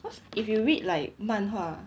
cause if you read like 漫画